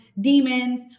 demons